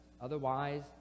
otherwise